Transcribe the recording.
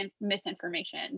misinformation